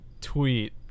tweet